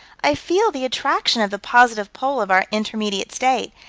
i feel the attraction of the positive pole of our intermediate state,